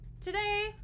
today